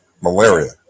malaria